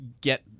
get